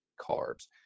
carbs